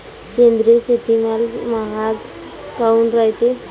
सेंद्रिय शेतीमाल महाग काऊन रायते?